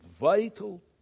vital